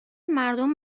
مردم